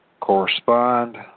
correspond